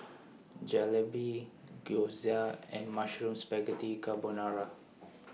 Jalebi Gyoza and Mushroom Spaghetti Carbonara